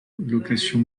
allocation